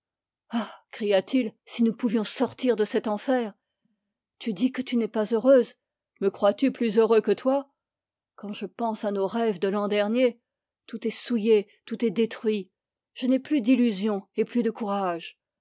ah cria-t-il si nous pouvions sortir de ce enfer tu dis que tu n'es pas heureuse me crois-tu plus heureux que toi quand je pense à nos rêves de l'an dernier tout es souillé tout est détruit je n'ai plus d'illusions et plus de courage